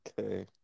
Okay